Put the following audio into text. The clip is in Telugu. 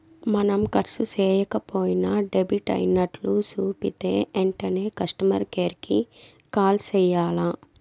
మనం కర్సు సేయక పోయినా డెబిట్ అయినట్లు సూపితే ఎంటనే కస్టమర్ కేర్ కి కాల్ సెయ్యాల్ల